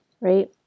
right